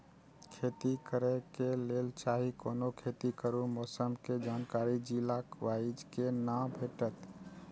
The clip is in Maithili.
खेती करे के लेल चाहै कोनो खेती करू मौसम के जानकारी जिला वाईज के ना भेटेत?